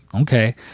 okay